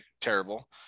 terrible